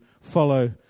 follow